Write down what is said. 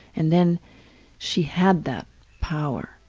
and then she had that power.